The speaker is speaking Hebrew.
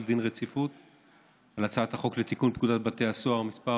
דין רציפות על הצעת החוק לתיקון פקודת בתי הסוהר (מס'